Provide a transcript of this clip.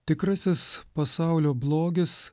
tikrasis pasaulio blogis